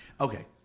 Okay